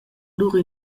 lur